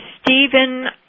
Stephen